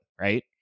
right